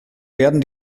werden